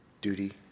Duty